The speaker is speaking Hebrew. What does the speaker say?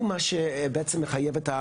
הוא מה שבעצם מחייב את,